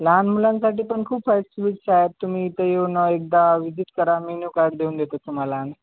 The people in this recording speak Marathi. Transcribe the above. लहान मुलांसाठीपण खूप फा स्विट्स आहेत तुम्ही इथं येऊन एकदा विजिट करा मेन्यूकार्ड देऊन देतो तुम्हाला